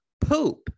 poop